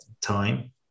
time